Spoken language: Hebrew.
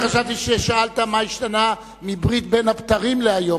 אני חשבתי ששאלת מה השתנה מברית בין הבתרים להיום,